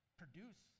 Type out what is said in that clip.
produce